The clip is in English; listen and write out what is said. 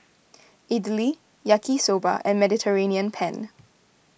Idili Yaki Soba and Mediterranean Penne